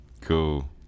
Cool